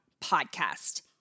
podcast